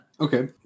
Okay